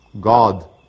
God